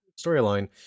storyline